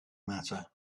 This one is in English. matter